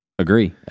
agree